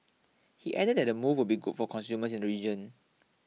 he added that the move will be good for consumers in the region